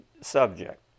subject